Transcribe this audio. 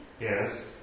Yes